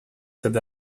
said